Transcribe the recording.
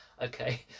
okay